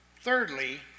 Thirdly